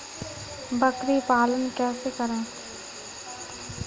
बकरी पालन कैसे करें?